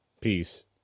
Peace